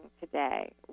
today